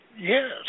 Yes